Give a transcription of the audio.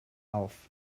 auf